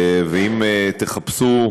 ואם תחפשו